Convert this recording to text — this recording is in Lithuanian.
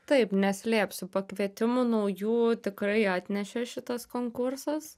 taip neslėpsiu pakvietimų naujų tikrai atnešė šitas konkursas